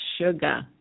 sugar